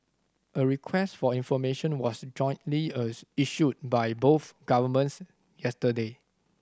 a request for information was jointly issued by both governments yesterday